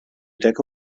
decke